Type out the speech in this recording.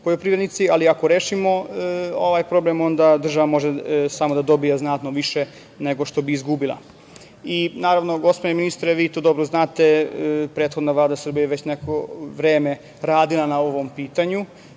Ako rešimo ovaj problem, onda država može samo da dobije znatno više nego što bi izgubila. Naravno, gospodine ministre, vi to dobro znate, prethodna Vlada Srbije je već neko vreme radila na ovom pitanju.